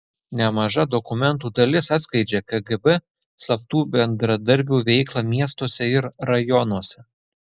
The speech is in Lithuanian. nemaža dokumentų dalis atskleidžia kgb slaptų bendradarbių veiklą miestuose ir rajonuose